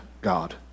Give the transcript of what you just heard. God